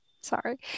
Sorry